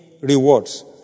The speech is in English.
rewards